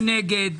מי נגד?